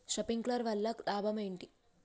Sprinkler వల్ల లాభం ఏంటి?